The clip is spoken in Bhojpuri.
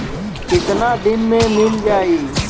कितना दिन में मील जाई?